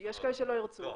יש כאלה שלא ירצו.